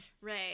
Right